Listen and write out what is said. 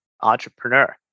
entrepreneur